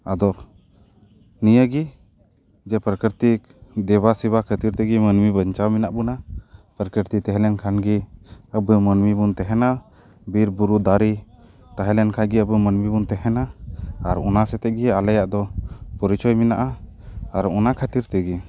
ᱟᱫᱚ ᱱᱤᱭᱟᱹᱜᱮ ᱡᱮ ᱯᱨᱟᱠᱨᱤᱛᱤᱠ ᱫᱮᱵᱟᱥᱮᱵᱟ ᱠᱷᱟᱹᱛᱤᱨ ᱛᱮᱜᱮ ᱢᱟᱹᱱᱢᱤ ᱵᱟᱧᱪᱟᱣ ᱢᱮᱱᱟᱜ ᱵᱚᱱᱟ ᱯᱨᱟᱠᱨᱤᱛᱤᱠ ᱛᱟᱦᱮᱸ ᱞᱮᱱᱠᱷᱟᱱ ᱜᱮ ᱟᱵᱚ ᱢᱟᱹᱱᱢᱤ ᱵᱚᱱ ᱛᱟᱦᱮᱸᱱᱟ ᱵᱤᱨ ᱵᱩᱨᱩ ᱫᱟᱨᱮ ᱛᱟᱦᱮᱸ ᱞᱮᱱ ᱠᱷᱟᱱ ᱜᱮ ᱟᱵᱚ ᱢᱟᱹᱱᱢᱤ ᱵᱚᱱ ᱛᱟᱦᱮᱸᱱᱟ ᱟᱨ ᱚᱱᱟ ᱥᱟᱶᱛᱮ ᱜᱮ ᱟᱞᱮᱭᱟᱜ ᱫᱚ ᱯᱚᱨᱤᱪᱚᱭ ᱢᱮᱱᱟᱜᱼᱟ ᱟᱨ ᱚᱱᱟ ᱠᱷᱟᱹᱛᱤᱨ ᱛᱮᱜᱮ